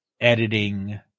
editing